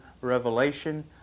revelation